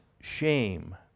shame